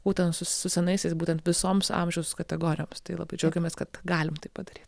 būtent su su senaisiais būtent visoms amžiaus kategorijoms tai labai džiaugiamės kad galim tai padaryt